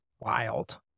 wild